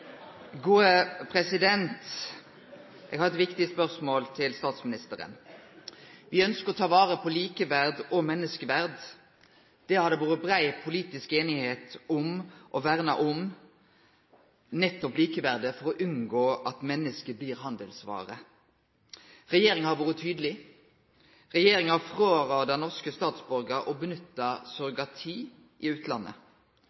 Eg har eit viktig spørsmål til statsministeren. Me ønskjer å ta vare på likeverd og menneskeverd. Det har vore brei politisk einigheit om å verne om nettopp likeverdet for å unngå at menneske blir handelsvare. Regjeringa har vore tydeleg. Regjeringa har rådd norske statsborgarar frå å